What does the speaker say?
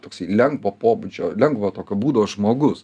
toksai lengvo pobūdžio lengvo tokio būdo žmogus